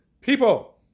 people